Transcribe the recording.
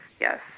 Yes